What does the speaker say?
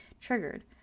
triggered